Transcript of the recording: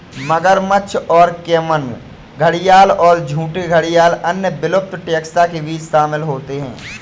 मगरमच्छ और कैमन घड़ियाल और झूठे घड़ियाल अन्य विलुप्त टैक्सा के बीच शामिल होते हैं